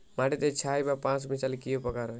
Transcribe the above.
মাটিতে ছাই বা পাঁশ মিশালে কি উপকার হয়?